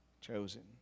chosen